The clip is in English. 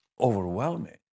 overwhelming